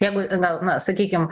jeigu na na sakykim